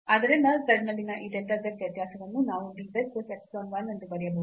ಆದ್ದರಿಂದ z ನಲ್ಲಿನ ಈ delta z ವ್ಯತ್ಯಾಸವನ್ನು ನಾವು dz plus epsilon 1 ಎಂದು ಬರೆಯಬಹುದು